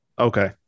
okay